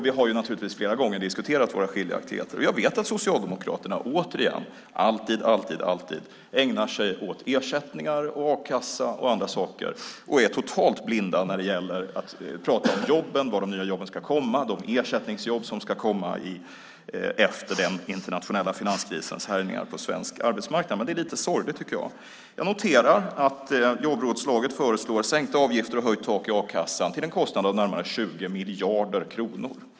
Vi har ju flera gånger diskuterat våra meningsskiljaktigheter, och jag vet att Socialdemokraterna återigen - alltid, alltid, alltid - ägnar sig åt ersättningar, a-kassa och andra saker och är totalt blinda när det gäller att prata om jobben, var de nya jobben ska komma och de ersättningsjobb som ska komma efter den internationella finanskrisens härjningar på svensk arbetsmarknad. Det är lite sorgligt, tycker jag. Jag noterar att jobbrådslaget föreslår sänkta avgifter och höjt tak i a-kassan till en kostnad av närmare 20 miljarder kronor.